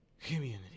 community